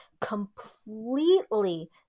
completely